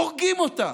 הורגים אותם,